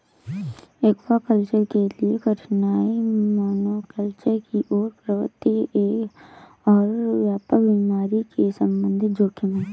aquaculture के लिए कठिनाई मोनोकल्चर की ओर प्रवृत्ति और व्यापक बीमारी के संबंधित जोखिम है